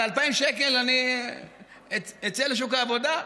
בשביל 2,000 שקל אני אצא לשוק העבודה?